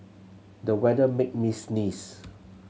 the weather made me sneeze